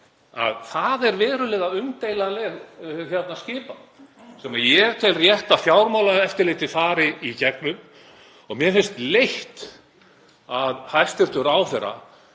— það er verulega umdeilanleg skipan sem ég tel rétt að Fjármálaeftirlitið fari í gegnum. Mér finnst leitt að hæstv. ráðherra